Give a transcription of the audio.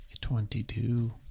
Twenty-two